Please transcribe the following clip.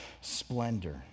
splendor